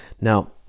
Now